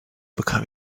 bekam